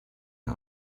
ein